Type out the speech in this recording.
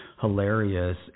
hilarious